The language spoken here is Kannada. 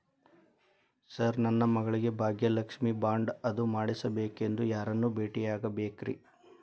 ಸರ್ ನನ್ನ ಮಗಳಿಗೆ ಭಾಗ್ಯಲಕ್ಷ್ಮಿ ಬಾಂಡ್ ಅದು ಮಾಡಿಸಬೇಕೆಂದು ಯಾರನ್ನ ಭೇಟಿಯಾಗಬೇಕ್ರಿ?